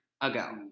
ago